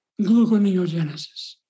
gluconeogenesis